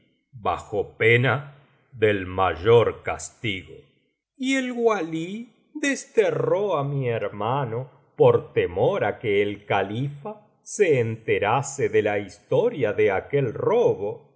bajo pena del mayor castigo y el walí desterró á mi hermano por temor á que el califa se enterase de la historia de aquel robo y